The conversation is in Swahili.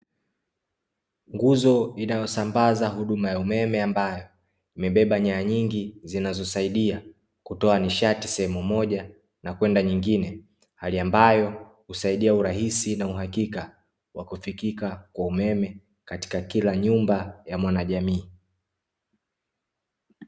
Nguzo inayosambaza huduma ya umeme, ambayo imebeba nyaya nyingi zinazosaidia kutoa nishati sehemu moja na kwenda nyingine hali ambayo husaidia urahisi na uhakika wa kufikika kwa umeme katika kila nyumba ya mwanajamii.